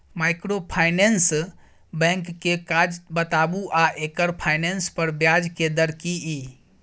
Microfinance bank के काज बताबू आ एकर फाइनेंस पर ब्याज के दर की इ?